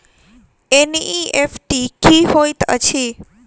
NEFT की होइत अछि?